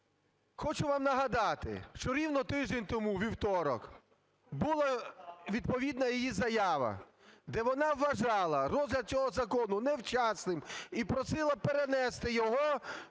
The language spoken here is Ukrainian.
Хочу вам нагадати, що рівно тиждень тому, у вівторок, була відповідна її заява, де вона вважала розгляд цього закону невчасним і просила перенести його